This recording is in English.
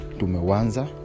tumewanza